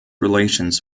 relations